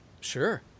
sure